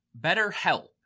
BetterHelp